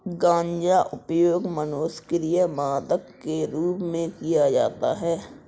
गांजा उपयोग मनोसक्रिय मादक के रूप में किया जाता है